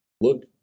look